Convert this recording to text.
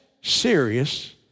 serious